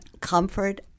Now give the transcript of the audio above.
comfort